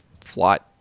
flight